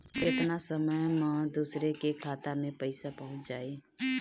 केतना समय मं दूसरे के खाता मे पईसा पहुंच जाई?